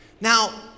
Now